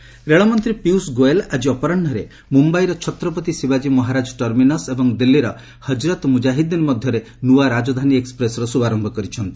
ରାଜଧାନୀ ରେଳମନ୍ତ୍ରୀ ପୀୟୁଷ ଗୋୟଲ ଆକି ଅପରାହ୍ନରେ ମୁମ୍ୟାଇର ଛତ୍ରପତି ଶିବାଜୀ ମହାରାଜ ଟର୍ମିନସ୍ ଏବଂ ଦିଲ୍ଲୀର ହଜରତ ମ୍ରଜାହିଦ୍ଦିନ୍ ମଧ୍ୟରେ ନ୍ତଆ ରାଜଧାନୀ ଏକୁପ୍ରେସର ଶ୍ରଭାରମ୍ଭ କରିଛନ୍ତି